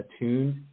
attuned